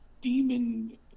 demon